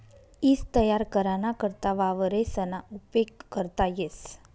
ईज तयार कराना करता वावरेसना उपेग करता येस